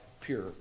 pure